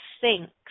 thinks